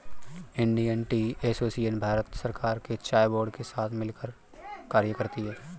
Indian tea association Bharat सरकार के चाय बोर्ड के साथ मिलकर कार्य करती है